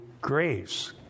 grace